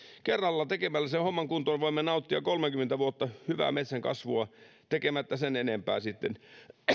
kerralla tekemällä sen homman kuntoon voimme nauttia kolmekymmentä vuotta hyvää metsän kasvua tekemättä sen enempää sitten